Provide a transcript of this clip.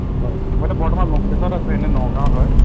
হয় মই বৰ্তমান লংকেশ্বৰত আছোঁ এনেই নগাঁৱৰ হয়